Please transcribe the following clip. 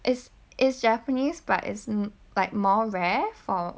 is is japanese but is like more rare for